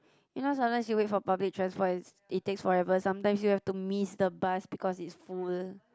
you know sometimes you wait for public transport is it takes forever sometimes you have to miss the bus because it's full